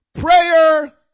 Prayer